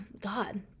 god